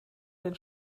den